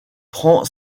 prend